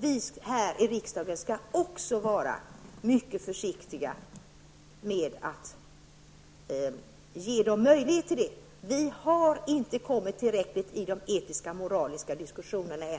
Vi här i riksdagen skall vara mycket försiktiga med att ge dem möjlighet till det. Vi har inte kommit tillräckligt långt i de etiska och moraliska diskussionerna än.